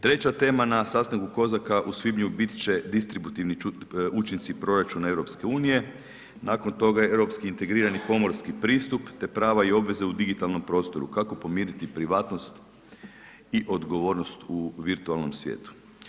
Treća tema na sastanku COSAC-a u svibnju bit će distributivni učinci proračuna EU, nakon toga je Europski integrirani komorski pristup te prava i obveze u digitalnom prostoru, kako pomiriti privatnost i odgovornost u virtualnom svijetu.